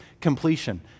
completion